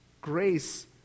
grace